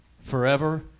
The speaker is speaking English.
forever